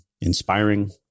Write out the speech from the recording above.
inspiring